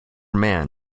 man